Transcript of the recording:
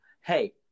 hey